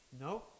No